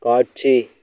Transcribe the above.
காட்சி